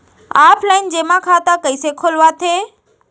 Offline जेमा खाता कइसे खोलवाथे?